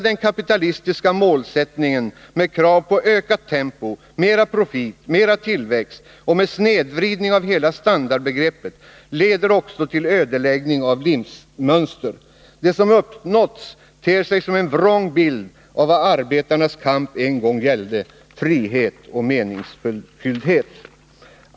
Den kapitalistiska målsättningen med krav på ökat tempo, mera profit, mera tillväxt och med snedvridning av hela standardbegreppet leder också till ödeläggning av livsmönster. Det som uppnåtts ter sig som en vrång bild av vad arbetarnas kamp en gång gällde: frihet och meningsfullhet.